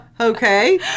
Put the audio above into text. Okay